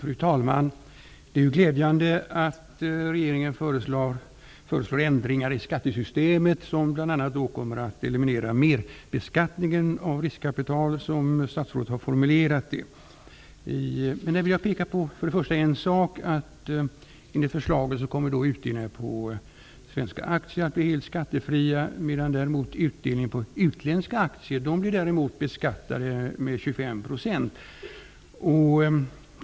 Fru talman! Det är glädjande att regeringen föreslår ändringar i skattesystemet som bl.a. kommer att eliminera merbeskattningen av riskkapital, som statsrådet har formulerat det. Där vill jag peka på en sak. Enligt förslaget kommer utdelningar på svenska aktier att bli helt skattefria medan utdelningar på utländska aktier däremot blir beskattade med 25 %.